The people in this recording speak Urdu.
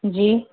جی